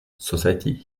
society